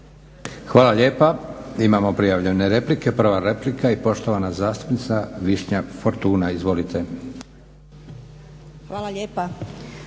Hvala lijepa. Imamo prijavljene replike. Prva replika i poštovana zastupnica Višnja Fortuna. Izvolite. **Fortuna,